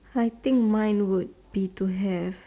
I think mine would be to have